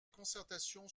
concertations